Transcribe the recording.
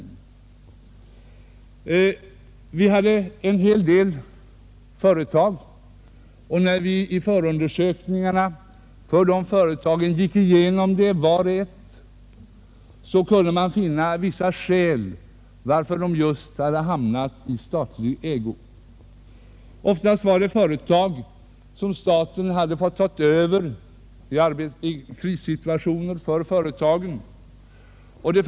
När vi i den förberedande utredningen för Statsföretag gick igenom vart och ett av de statsägda företagen kunde vi inte finna ett särskilt skäl för att de kommit i statens ägo. Det fanns flera olika skäl. Oftast var det fråga om företag som staten hade fått ta över i en krissituation för företagen.